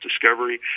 discovery